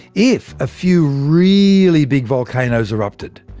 if a few really big volcanoes erupted,